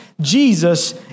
Jesus